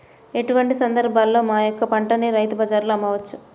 ఎటువంటి సందర్బాలలో మా యొక్క పంటని రైతు బజార్లలో అమ్మవచ్చు?